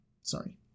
sorry